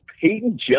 Peyton